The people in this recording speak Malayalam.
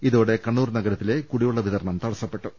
ഇതോടെ കണ്ണൂർ നഗരത്തിലെ കുടി വെള്ള വിതരണം തടസ്സപ്പെട്ടു